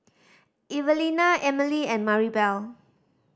Evelena Emely and Maribel